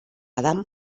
adam